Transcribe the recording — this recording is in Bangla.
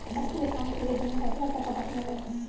একটি একাউন্ট থেকে দিনে কতবার টাকা পাঠানো য়ায়?